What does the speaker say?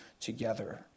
together